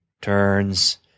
turns